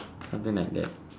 something like that